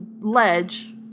ledge